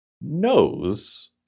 knows